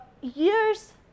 years